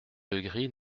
legris